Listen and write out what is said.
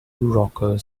rockers